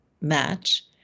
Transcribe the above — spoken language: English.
match